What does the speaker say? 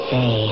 Say